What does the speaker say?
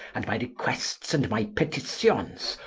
and my requests, and my petitions,